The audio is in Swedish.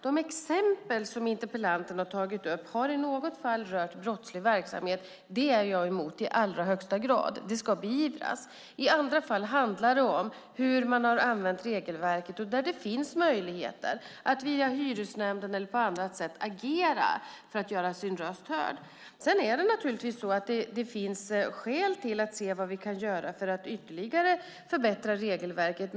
De exempel som interpellanten har tagit upp har i något fall rört brottslig verksamhet. Det är jag emot i allra högsta grad - det ska beivras. I andra fall handlar det om hur man har använt regelverket. Det finns möjligheter att agera via hyresnämnden eller på annat sätt för att göra sin röst hörd. Det finns naturligtvis skäl för att se på vad vi kan göra ytterligare för att förbättra regelverket.